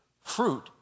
fruit